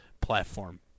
platform